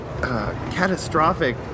catastrophic